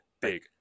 big